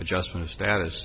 adjustment of status